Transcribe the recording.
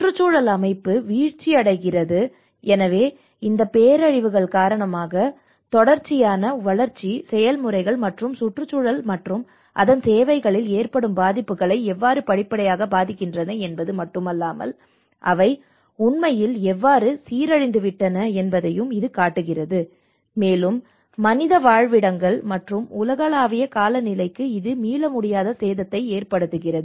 சுற்றுச்சூழல் அமைப்பு வீழ்ச்சியடைகிறது எனவே இந்த பேரழிவுகள் காரணமாக பேரழிவுகள் தொடர்ச்சியான வளர்ச்சி செயல்முறைகள் மற்றும் சுற்றுச்சூழல் மற்றும் அதன் சேவைகளில் ஏற்படும் பாதிப்புகளை எவ்வாறு படிப்படியாக பாதிக்கின்றன என்பது மட்டுமல்லாமல் அவை உண்மையில் எவ்வாறு சீரழிந்துவிட்டன என்பதையும் இது காட்டுகிறது மேலும் மனித வாழ்விடங்கள் மற்றும் உலகளாவிய காலநிலைக்கு இது மீளமுடியாத சேதத்தை ஏற்படுத்துகிறது